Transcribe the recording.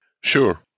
Sure